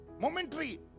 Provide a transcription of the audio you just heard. Momentary